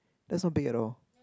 that's not big at all